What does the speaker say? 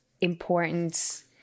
important